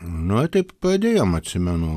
nu ir taip pradėjom atsimenu